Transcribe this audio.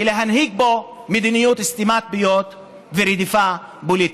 ולהנהיג פה מדיניות סתימת פיות ורדיפה פוליטית.